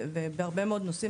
ובהרבה מאוד נושאים,